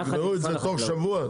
תגמרו את זה תוך שבוע?